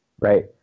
right